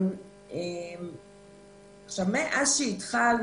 מאז שהתחלנו,